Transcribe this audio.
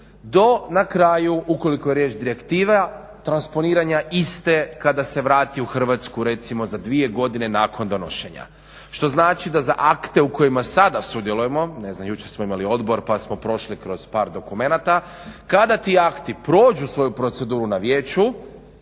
do na kraju ukoliko je riječ Direktiva transponiranja iste kada se vrati u Hrvatsku recimo za dvije godine nakon donošenja što znači da za akte u kojima sada sudjelujemo, ne znam jučer smo imali odbor pa smo prošli kroz par dokumenata kada ti akti prođu svoju proceduru na vijeću